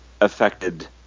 affected